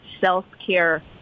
self-care